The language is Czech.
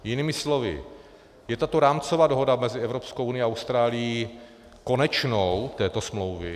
Jinými slovy, je tato rámcová dohoda mezi Evropskou unií a Austrálií konečnou této smlouvy?